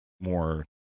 more